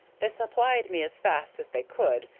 they supplied me as fast as they could,